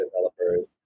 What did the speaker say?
developers